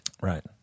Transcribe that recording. Right